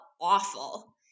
awful